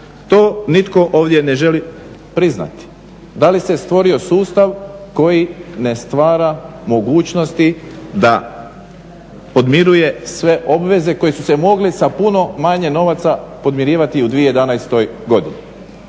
To nitko ovdje ne želi priznati da li se stvorio sustav koji ne stvara mogućnosti da podmiruje sve obveze koje su se moglo sa puno manje novaca podmirivati u 2011. godini.